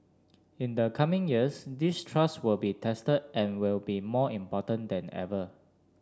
in the coming years this trust will be tested and will be more important than ever